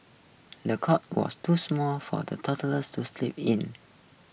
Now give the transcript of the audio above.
the cot was too small for the toddlers to sleep in